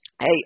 Hey